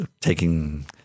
taking –